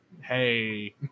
Hey